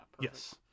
Yes